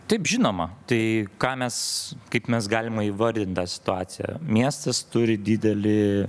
taip žinoma tai ką mes kaip mes galima įvardint tą situaciją miestas turi didelį